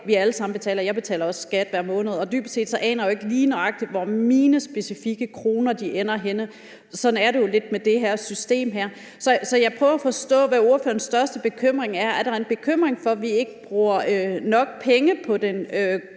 vi alle sammen betaler, at jeg jo dybest set ikke ved, lige nøjagtig hvor mine specifikke kroner ender henne. Sådan er det jo lidt med det her system. Så jeg prøver at forstå, hvad ordførerens største bekymring er. Er der en bekymring for, at vi ikke bruger nok penge på den grønne